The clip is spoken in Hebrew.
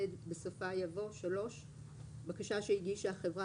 בסופה יבוא: "(3)בקשה שהגישה החברה,